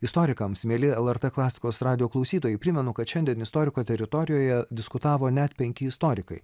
istorikams mieli lrt klasikos radijo klausytojai primenu kad šiandien istoriko teritorijoje diskutavo net penki istorikai